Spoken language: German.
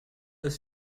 ist